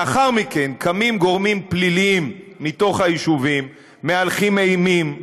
לאחר מכן קמים גורמים פליליים מתוך היישובים ומהלכים אימים,